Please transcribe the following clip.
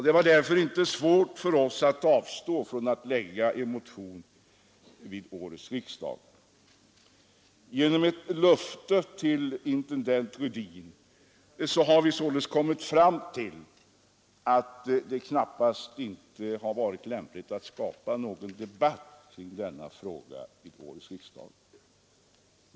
Det var därför inte svårt för oss att avstå från att väcka en motion vid årets riksdag. Genom ett löfte till intendent Rödin har vi således kommit fram till att det knappast har varit lämpligt att skapa någon debatt kring denna fråga vid årets riksdag.